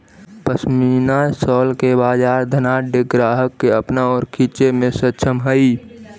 pashmina shawl के बाजार धनाढ्य ग्राहक के अपना ओर खींचे में सक्षम हई